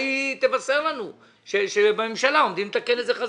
היא תבשר לנו שבממשלה עומדים לתקן את זה.